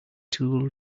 tool